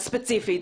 הספציפית,